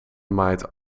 maait